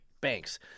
Banks